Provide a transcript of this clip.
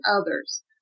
others